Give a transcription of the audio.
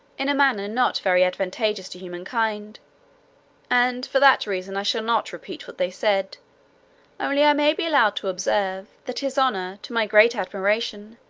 in a manner not very advantageous to humankind and for that reason i shall not repeat what they said only i may be allowed to observe, that his honour, to my great admiration,